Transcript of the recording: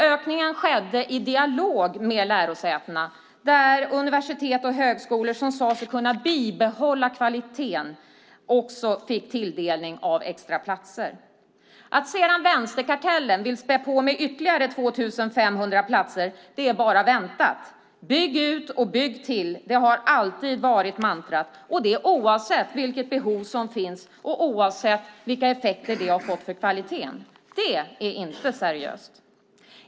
Ökningen skedde i dialog med lärosätena, där universitet och högskolor som sade sig kunna bibehålla kvaliteten också fick tilldelning av extra platser. Att vänsterkartellen sedan vill späda på med ytterligare 2 500 platser är bara väntat. Bygg ut och bygg till har alltid varit mantrat, detta oavsett vilket behov som finns och vilka effekter det har fått för kvaliteten. Det är inte seriöst.